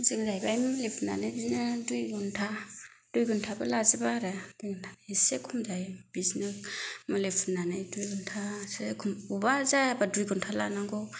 जों जाहैबाय मुलि फुननानै बिदिनो दुइ घन्टा दुइ घन्टाबो लाजोबा आरो एसे खम लायो बिदिनो मुलि फुननानै दुइ घन्टासो बबेबा जायाबा दुइ घन्टा लानांगौ